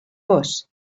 vós